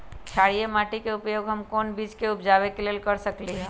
क्षारिये माटी के उपयोग हम कोन बीज के उपजाबे के लेल कर सकली ह?